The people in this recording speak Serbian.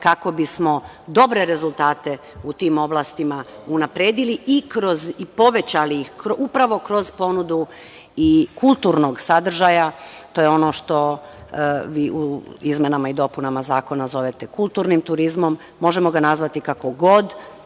kako bi smo dobre rezultate u tim oblastima unapredili i povećali ih upravo kroz ponudu i kulturnog sadržaja, to je ono što vi u izmenama i dopunama zakona zovete kulturnim turizmom. Možemo ga nazvati kako god